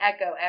echo